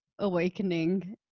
awakening